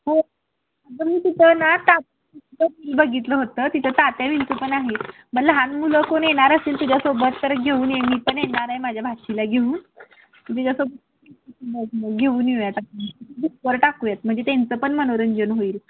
हो अगं मी तिथं ना बघितलं होतं तिथं तात्या विंचू पण आहे म लहान मुलं कोण येणार असेल तुझ्यासोबत तर घेऊन ये मी पण येणार आहे माझ्या भाचीला घेऊन तिच्यासोबत घेऊन येऊया टाकूयात म्हणजे त्यांचं पण मनोरंजन होईल